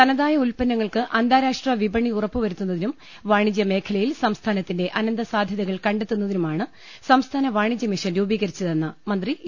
തനതായ ഉത്പ ന്നങ്ങൾക്ക് അന്താരാഷ്ട്ര വിപണി ഉറപ്പൂവരുത്തുന്നതിനും വാണി ജ്യമേഖലയിൽ സംസ്ഥാനത്തിന്റെ അനന്ത സാധ്യതകൾ കണ്ടെത്തു ന്നതിനുമാണ് സംസ്ഥാന വാണിജ്യ മിഷൻ രൂപീകരിച്ചതെന്ന് മന്ത്രി ഇ